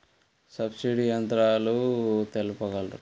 Subsidy యంత్రాలు తెలుపగలరు?